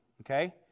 okay